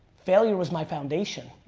failure was my foundation.